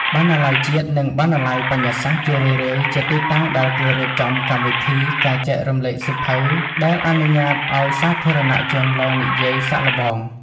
បណ្ណាល័យជាតិ និងបណ្ណាល័យបញ្ញាសាស្ត្រ ជារឿយៗជាទីតាំងដែលគេរៀបចំកម្មវិធី ការចែករំលែកសៀវភៅ ដែលអនុញ្ញាតឱ្យសាធារណជនឡើងនិយាយសាកល្បង។